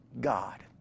God